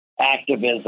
activism